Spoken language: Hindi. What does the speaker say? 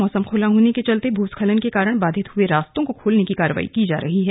मौसम खुला होने के चलते भूस्खलन के कारण बाधित हुए रास्तों को खोलने की कार्यवाही की जा रही है